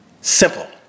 simple